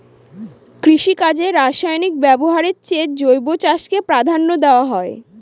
কৃষিকাজে রাসায়নিক ব্যবহারের চেয়ে জৈব চাষকে প্রাধান্য দেওয়া হয়